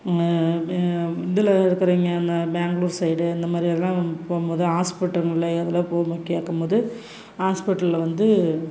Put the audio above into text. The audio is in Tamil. இதில் இருக்கிறீங்க அந்த பெங்களூர் சைட் இந்த மாதிரிலாம் போகும்போது ஹாஸ்பிட்டலுங்கள்ல எதுலோ போகணும் கேட்கும்போது ஹாஸ்பிட்டல்ல வந்து